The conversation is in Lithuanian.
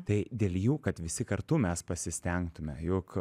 tai dėl jų kad visi kartu mes pasistengtume juk